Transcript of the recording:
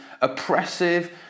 oppressive